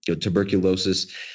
tuberculosis